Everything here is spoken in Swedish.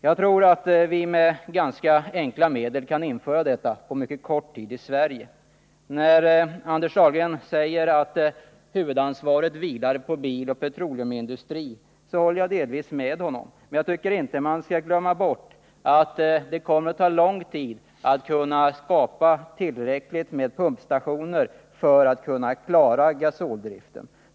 Jag tror att vi med ganska enkla medel kan införa detta på mycket kort tid i Sverige. När Anders Dahlgren säger att huvudansvaret vilar på biloch petroleumindustrin, så håller jag delvis med honom. Men man skall inte glömma bort att det kommer att ta lång tid att skapa tillräckligt många pumpstationer för att klara gasoldriften.